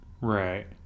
Right